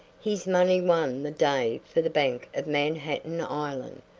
his money won the day for the bank of manhattan island.